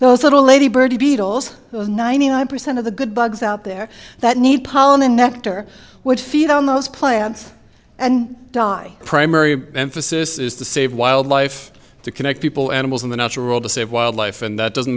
those little ladybird beetles ninety nine percent of the good bugs out there that need pollen and nectar which feed on those plants and die primary emphasis is to save wildlife to connect people animals in the natural world to save wildlife and that doesn't